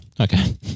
Okay